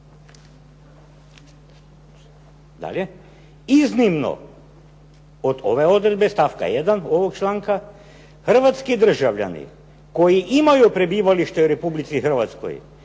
"iznimno od ove odredbe stavka 1. ovog članka hrvatski državljani koji imaju prebivalište u Republici Hrvatskoj,